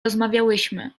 rozmawiałyśmy